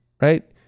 right